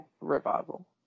Revival